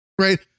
right